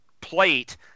plate